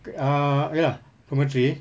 ah ya dormitory